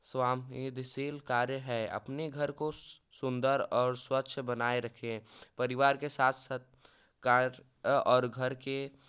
कार्य है अपने घर को सुंदर और स्वच्छ बनाए रखें परिवार के साथ साथ और घर के